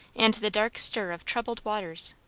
and the dark stir of troubled waters.